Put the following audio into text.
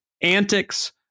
antics